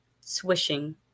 swishing